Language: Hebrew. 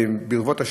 ברבות השנים,